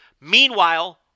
Meanwhile